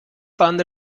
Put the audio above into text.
bahn